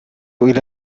إلى